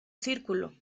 círculo